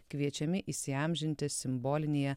kviečiami įsiamžinti simbolinėje